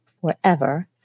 forever